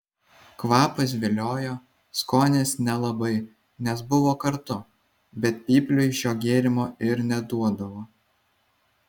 kvapas viliojo skonis nelabai nes buvo kartu bet pypliui šio gėrimo ir neduodavo